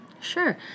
Sure